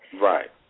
Right